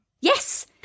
Yes